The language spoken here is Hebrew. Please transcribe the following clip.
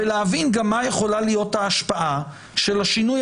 ולהבין גם מה יכולה להיות ההשפעה של השינוי